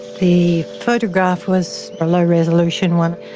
the photograph was a low resolution one.